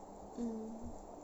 mm